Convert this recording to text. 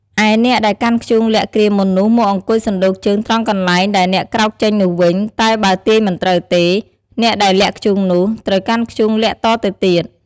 ឯអ្នកដែលកាន់ធ្យូងលាក់គ្រាមុននោះ មកអង្គុយសណ្តូកជើងត្រង់កន្លែងដែលអ្នកក្រោកចេញនោះវិញ តែបើទាយមិនត្រូវទេ អ្នកដែលលាក់ធ្យូងនោះ ត្រូវកាន់ធ្យូងលាក់តទៅទៀត។